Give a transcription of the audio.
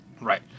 Right